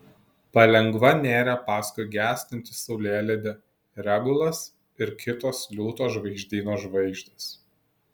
palengva nėrė paskui gęstantį saulėlydį regulas ir kitos liūto žvaigždyno žvaigždės